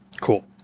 cool